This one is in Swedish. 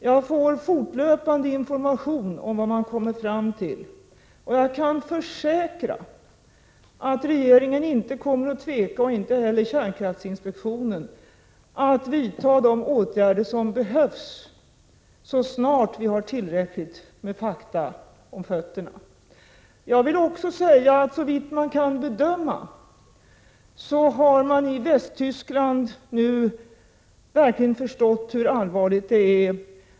Jag får fortlöpande information om vad man kommer fram till, och jag kan försäkra att varken regeringen eller kärnkraftsinspektionen kommer att tveka att vidta de åtgärder som behövs, så snart vi har tillräckligt med fakta för att göra detta. Såvitt jag kan bedöma har man i Västtyskland nu verkligen förstått frågans allvar.